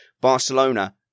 Barcelona